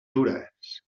dures